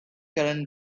current